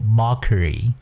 mockery